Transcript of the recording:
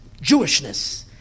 Jewishness